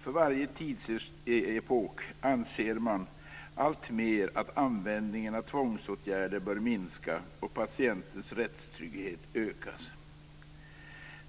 För varje tidsepok anser man alltmer att användningen av tvångsåtgärder bör minska och patientens rättstrygghet ökas.